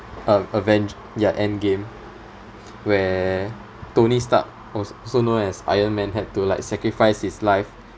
a~ aveng~ ya endgame where tony stark also known as iron man had to like sacrifice his life